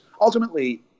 ultimately